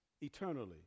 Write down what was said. eternally